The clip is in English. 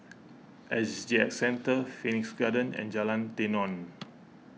S G X Centre Phoenix Garden and Jalan Tenon